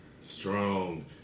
Strong